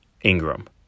Ingram